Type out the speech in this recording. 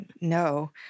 No